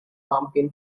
pumpkin